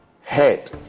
head